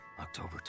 October